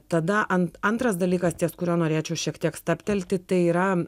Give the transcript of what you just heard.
tada ant antras dalykas ties kuriuo norėčiau šiek tiek stabtelti tai yra